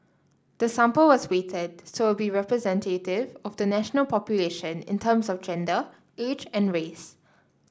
the sample was weighted so it would be representative of the national population in terms of gender age and race